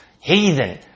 heathen